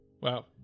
Wow